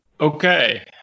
Okay